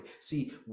see